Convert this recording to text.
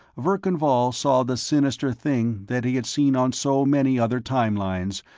verkan vall saw the sinister thing that he had seen on so many other time-lines,